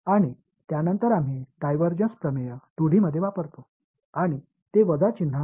அதன்பிறகு நாம் 2D இல் டைவர்ஜன்ஸ் தேற்றத்தைப் பயன்படுத்துகிறோம் அது ஒரு மைனஸ் அடையாளத்துடன் வந்தது